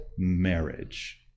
marriage